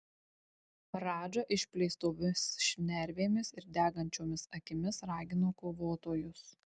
radža išplėstomis šnervėmis ir degančiomis akimis ragino kovotojus